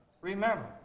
Remember